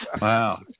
wow